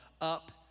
up